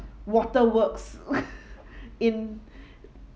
waterworks in